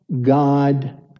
God